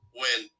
win